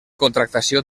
contractació